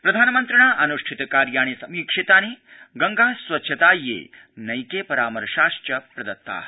प्रधानमन्त्रिणा अनुष्ठितकार्याणि समीक्षितानि गड्गास्वच्छतायै नैके परामर्शाश्च प्रदत्ता